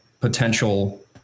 potential